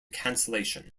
cancellation